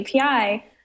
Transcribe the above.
API